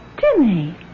Jimmy